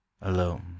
Alone